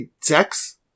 Sex